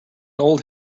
old